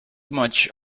much